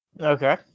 Okay